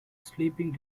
sleeping